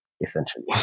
essentially